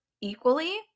equally